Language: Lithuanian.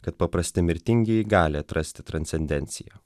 kad paprasti mirtingieji gali atrasti transcendenciją